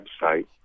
website